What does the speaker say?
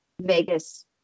Vegas